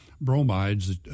bromides